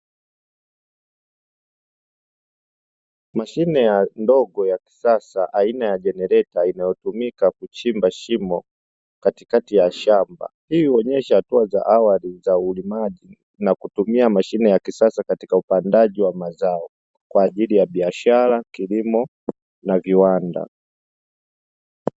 Mashine ndogo ya kisasa aina ya jenereta, inayotumika kuchimba shimo katikati ya shamba. Hii huonyesha hatua za awali za ulimaji na kutumia mashine ya kisasa, katika upandaji wa mazao kwa ajili ya biashara, kilimo na viwanda.